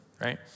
right